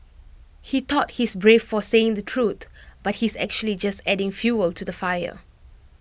he thought he's brave for saying the truth but he's actually just adding fuel to the fire